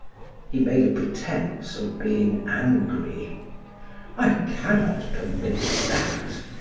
he made a pretense of being angry i cannot permit that.